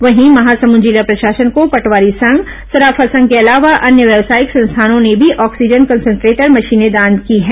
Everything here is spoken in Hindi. वहीं महासमुद जिला प्रशासन को पटवारी संघ सराफा संघ के अलावा अन्य व्यवसायिक संस्थानों ने भी ऑक्सीजन कन्सनट्रेटर मशीनें दान की हैं